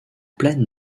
pleine